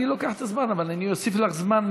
אני לוקח את הזמן, אבל אני אוסיף לך זמן.